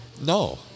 No